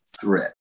threat